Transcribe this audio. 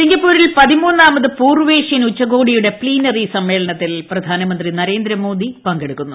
സിംഗപ്പൂരിൽ പതിമൂന്നാമത് പൂർവ്വേഷ്യൻ ഉച്ചകോടിയുടെ പ്ലീനറി സമ്മേളനത്തിൽ പ്രധാനമന്ത്രി നരേന്ദ്ര മോദി പങ്കെടുക്കുന്നു